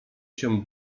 się